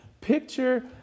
picture